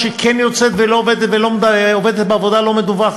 או שהיא כן יוצאת אבל עובדת בעבודה לא מדוּוחת,